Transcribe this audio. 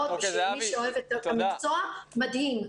בשביל מי שאוהב את המקצוע, מדהים.